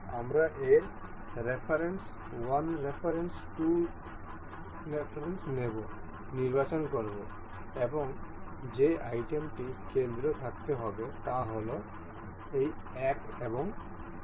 আমরা এর reference 1 reference 2 নির্বাচন করব এবং যে আইটেমটি কেন্দ্রে থাকতে হবে তা হল এই এক এবং এটি